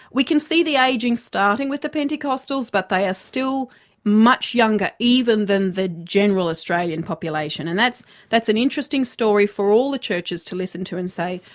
we can see the ageing starting with the pentecostals but they are ah still much younger even than the general australian population and that's that's an interesting story for all the churches to listen to and say,